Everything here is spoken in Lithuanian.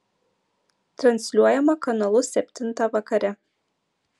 transliuojama kanalu septintą vakare